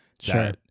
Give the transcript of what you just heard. Sure